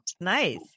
Nice